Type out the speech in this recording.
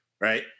Right